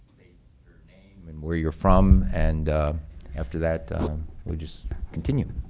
your name and where you're from and after that we'll just continue,